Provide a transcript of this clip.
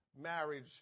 marriage